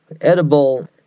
edible